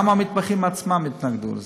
גם המתמחים עצמם התנגדו לזה.